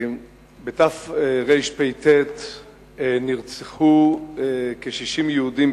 בתרפ"ט נרצחו בחברון כ-60 יהודים,